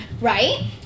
Right